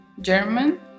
German